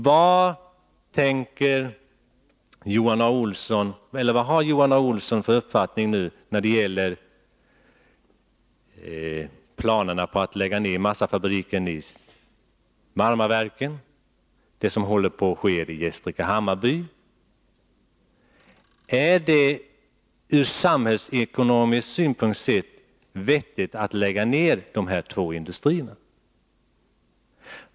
Tala nu om: Vad har Johan A. Olsson för uppfattning när det gäller planerna på att lägga ner massafabriken i Marmaverken eller det som håller på att ske i Gästrike-Hammarby? Är det från samhällsekonomisk synpunkt vettigt att lägga ned dessa två industrier?